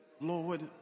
Lord